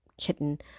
kitten